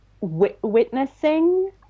witnessing